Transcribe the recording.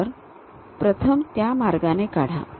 तर प्रथम त्या मार्गाने काढा